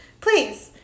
please